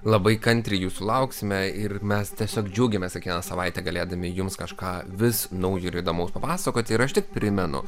labai kantriai jūsų lauksime ir mes tiesiog džiaugiamės kiekvieną savaitę galėdami jums kažką vis naujo ir įdomaus papasakoti ir aš tik primenu